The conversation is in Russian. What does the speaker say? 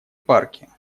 парки